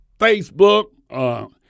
Facebook